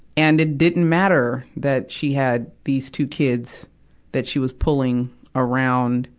and it didn't matter that she had these two kids that she was pulling around,